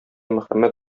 мөхәммәд